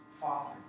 father